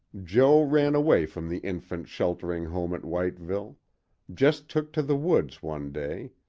jo ran away from the infants' sheltering home at whiteville just took to the woods one day,